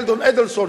שלדון אדלסון,